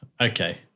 okay